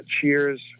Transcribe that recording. cheers